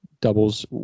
doubles